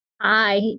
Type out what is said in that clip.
hi